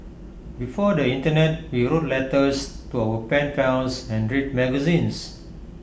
before the Internet we wrote letters to our pen pals and read magazines